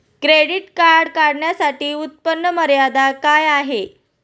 Credit card काढण्यासाठी उत्पन्न मर्यादा काय आहे?